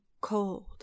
cold